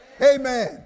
Amen